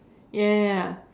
ya ya ya ya